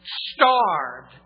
starved